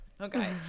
okay